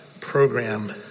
program